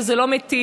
זה לא מיטיב.